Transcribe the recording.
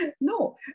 No